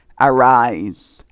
arise